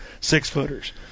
six-footers